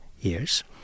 years